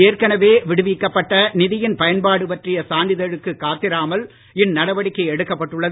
ஏற்கனவே விடுவிக்கப்பட்ட நிதியின் பயன்பாடு பற்றிய சான்றிதழுக்கு காத்திராமல் இந்நடவடிக்கை எடுக்கப்பட்டுள்ளது